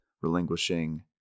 relinquishing